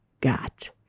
got